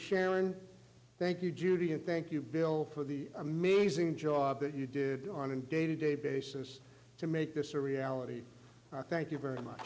sharon thank you judy and thank you bill for the amazing job that you did on and day to day basis to make this a reality thank you very much